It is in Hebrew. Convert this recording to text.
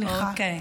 סליחה.